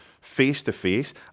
face-to-face